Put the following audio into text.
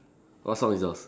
what song is yours